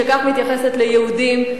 שכך מתייחסת ליהודים.